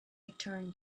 return